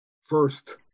first